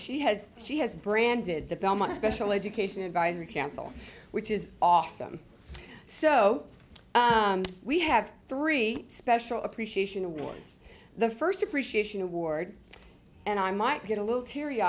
she has she has branded the film a special education advisory council which is awesome so we have three special appreciation awards the first appreciation award and i might get a little teary